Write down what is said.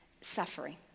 suffering